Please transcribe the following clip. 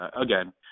again